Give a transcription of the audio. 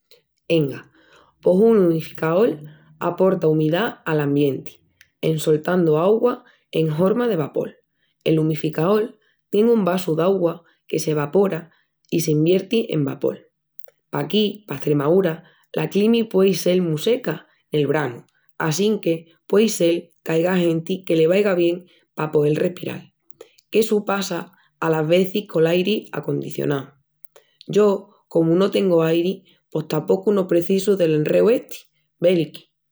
Enga, pos un umificaol aporta umidá al ambienti en soltandu augua en horma de vapol. El umificaol tien un vasu d'augua que se vapora i s'envierti en vapol. Paquí pa Estremaúra la climi puei sel mu seca nel branu assínque puei sel qu'aiga genti que le vaiga bien pa poel respiral. Qu'essu passa alas vezis col airi acondicionau. Yo comu no tengu airi pos tapocu no precisu del enreu esti veliquí.